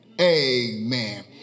Amen